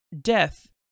death